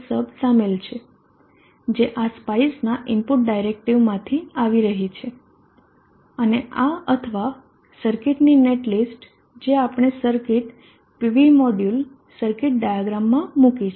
sub સામેલ છે જે આ સ્પાઈસ ના ઇનપુટ ડાયરેક્ટિવમાંથી આવી રહી છે અને આ અથવા સર્કિટની નેટ લિસ્ટ જે આપણે સર્કિટ pv મોડ્યુલ સર્કિટ ડાયાગ્રામમાં મૂકી છે